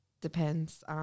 depends